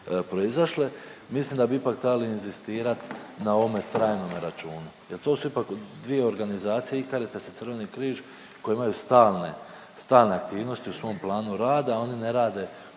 proizašle. Mislim da bi ipak trebali inzistirat na ovome trajnome računu jer to su ipak dvije organizacije i Caritas i Crveni križ koje imaju stalne, stalne aktivnosti u svom planu rada. Oni ne rade